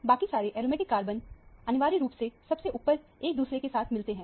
बाकी सारे aromatic carbon अनिवार्य रूप से सबसे ऊपर एक दूसरे के साथ मिले हैं